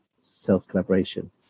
self-collaboration